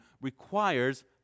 requires